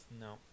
No